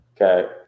Okay